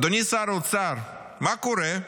אדוני שר האוצר, מה קורה?